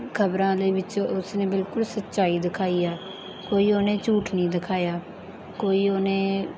ਖਬਰਾਂ ਦੇ ਵਿੱਚ ਉਸ ਨੇ ਬਿਲਕੁਲ ਸੱਚਾਈ ਦਿਖਾਈ ਆ ਕੋਈ ਉਹਨੇ ਝੂਠ ਨਹੀਂ ਦਿਖਾਇਆ ਕੋਈ ਉਹਨੇ